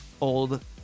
old